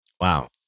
wow